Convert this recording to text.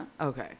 Okay